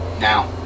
now